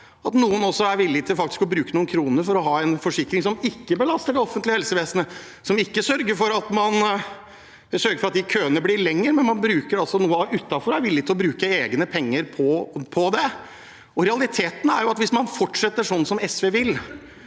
at noen også er villig til faktisk å bruke noen kroner for å ha en forsikring som ikke belaster det offentlige helsevesenet, som ikke sørger for at de køene blir lengre. Man bruker altså noen utenfor og er villig til å bruke egne penger på det. Realiteten er at hvis man fortsetter sånn SV vil,